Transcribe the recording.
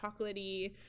chocolatey